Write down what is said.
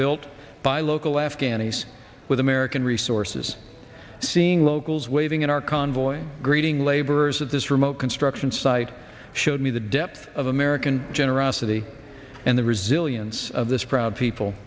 built by local afghanis with american resources seeing locals waving in our convoy greeting laborers of this remote construction site showed me the depth of american generosity and the resilience of this proud